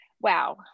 Wow